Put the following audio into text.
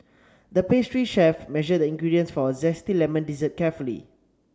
the pastry chef measured the ingredients for a zesty lemon dessert carefully